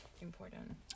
important